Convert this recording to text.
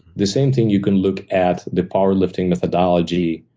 the same thing, you can look at the power lifting methodology,